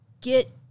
get